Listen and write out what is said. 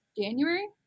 January